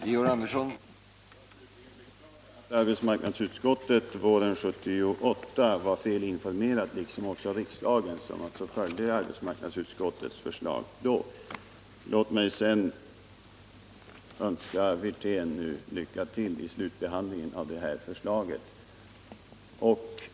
Herr talman! Låt mig slutligen beklaga att arbetsmarknadsutskottet våren 1978 var felinformerat liksom också riksdagen, som följde arbetsmarknadsutskottets förslag. Jag vill också önska Rolf Wirtén lycka till i slutbehandlingen av förslaget.